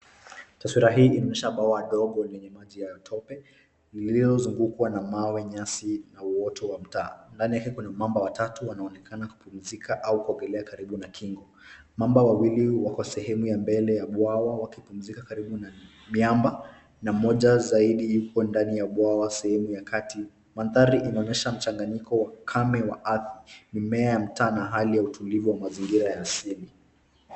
Taswira hii inaonyesha bwawa dogo lenye maji ya tope lililozungukwa na mawe, nyasi na uoto wa mtaa. Ndani yake kuna mamba watatu wanaonekana kupumzika au kuogelea karibu na kingo. Mamba wawili wako sehemu ya mbele ya bwawa wakipumzika karibu na miamba na moja zaidi yuko ndani ya bwawa sehemu ya kati. Mandhari inaonyesha mchanganyiko wa kame wa ardhi, mimea ya mtaa na hali ya utulivu wa mazingira ya asili.